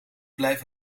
blijf